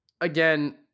Again